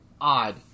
odd